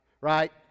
right